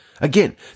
Again